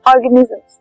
organisms